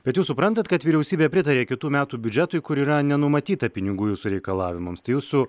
bet jūs suprantat kad vyriausybė pritarė kitų metų biudžetui kur yra nenumatyta pinigų jūsų reikalavimams tai jūsų